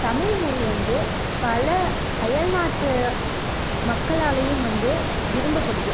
தமிழ்மொழி வந்து பல அயல்நாட்டு மக்களாலேயும் வந்து விரும்பப்படுது